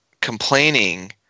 complaining